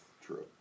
true